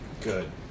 Good